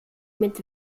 mit